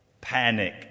panic